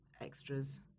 extras